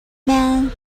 man